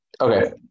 okay